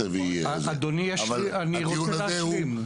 אדוני, אני רוצה להשלים.